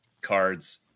cards